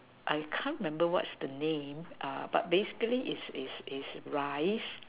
I can't remember what is the name uh but basically is is is rice